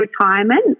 retirement